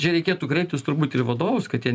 čia reikėtų kreiptis turbūt ir į vadovus kad jie